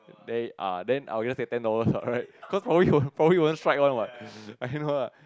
then ah then I will get ten dollars right cause prolly won't prolly won't strike one what